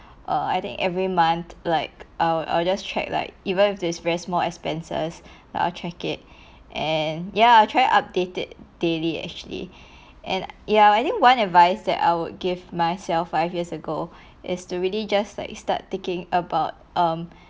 err I think every month like I'll I'll just check like even if this very small expenses like I'll check it and ya try update it daily actually and ya I think one advice that I would give myself five years ago is to really just like start taking about um